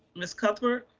ms. cuthbert.